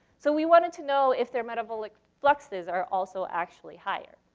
so we wanted to know if their metabolic fluxes are also actually higher.